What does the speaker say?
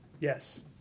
Yes